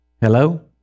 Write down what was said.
Hello